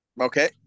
Okay